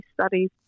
studies